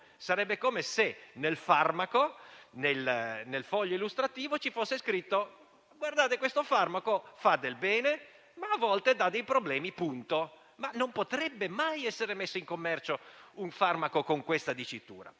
Sarebbe come se nel farmaco, nel foglio illustrativo ci fosse scritto solamente che esso fa del bene, ma a volte dà dei problemi. Non potrebbe mai essere messo in commercio un farmaco con questa dicitura.